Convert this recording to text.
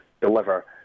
deliver